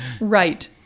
Right